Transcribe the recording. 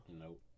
Nope